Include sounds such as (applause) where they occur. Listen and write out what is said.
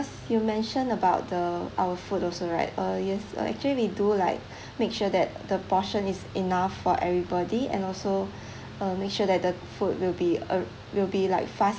you mentioned about the our food also right uh yes uh actually we do like make sure that the portion is enough for everybody and also (breath) uh make sure that the food will be uh will be like fast